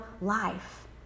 life